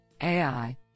AI